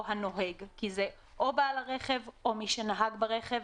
הנוהג" כי זה או בעל הרכב או מי שנהג ברכב,